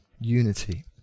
unity